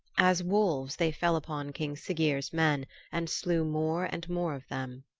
as wolves they fell upon king siggeir's men and slew more and more of them.